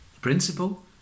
Principle